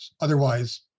Otherwise